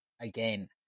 again